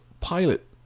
Pilot